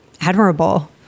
admirable